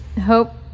Hope